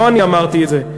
לא אני אמרתי את זה,